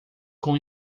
com